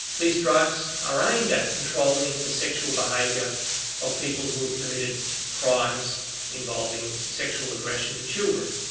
these drugs are aimed at controlling the sexual behaviour of people who have committed crimes involving sexual aggression to children.